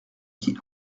qui